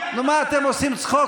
מה, אתם עושים צחוק?